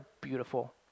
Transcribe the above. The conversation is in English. beautiful